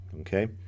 Okay